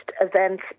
event